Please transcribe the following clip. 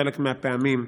בחלק מהפעמים,